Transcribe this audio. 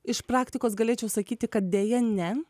iš praktikos galėčiau sakyti kad deja ne